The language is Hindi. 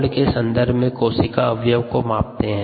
मोल्ड के सन्दर्भ में कोशिका अवयव को मापते है